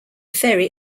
ferry